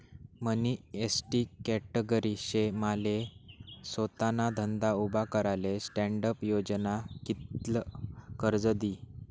मनी ST category शे माले सोताना धंदा उभा कराले स्टॅण्डअप योजना कित्ल कर्ज दी?